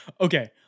Okay